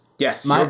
Yes